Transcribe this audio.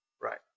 Right